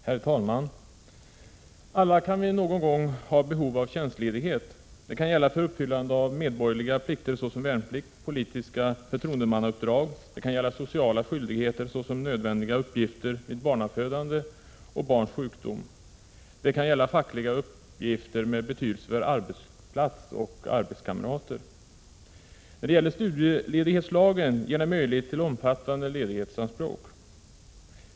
Herr talman! Alla kan vi någon gång ha behov av tjänstledighet. Det kan gälla för uppfyllande av medborgerliga plikter, såsom värnplikt och politiska förtroendemannauppdrag, det kan gälla sociala skyldigheter, såsom nödvändiga uppgifter vid barnafödande och barns sjukdom, det kan gälla fackliga uppgifter med betydelse för arbetsplats och arbetskamrater. Studieledighetslagen ger möjligheter till omfattande ledighetsanspråk.